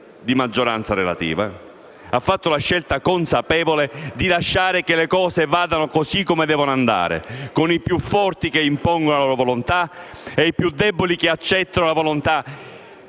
di maggioranza relativa - di lasciare che le cose vadano così come devono andare, con i più forti che impongono la propria volontà e i più deboli che accettato la volontà